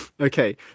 okay